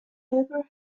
ever